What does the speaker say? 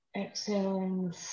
exhaling